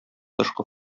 тышкы